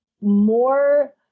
more